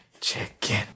chicken